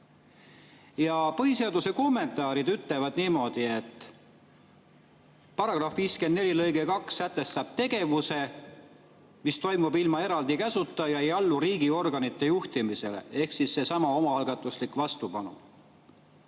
Põhiseaduse kommenteeritud [väljaanne] ütleb niimoodi, et § 54 lõige 2 sätestab tegevuse, mis toimub ilma eraldi käsuta ja ei allu riigiorganite juhtimisele. Ehk seesama omaalgatuslik vastupanu.